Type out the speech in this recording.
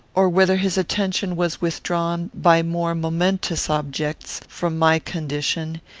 or whether his attention was withdrawn, by more momentous objects, from my condition,